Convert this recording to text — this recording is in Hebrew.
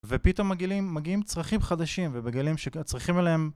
ופתאום מגעילים, מגיעים צרכים חדשים ומגלים שצריכים עליהם